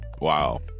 wow